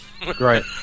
Great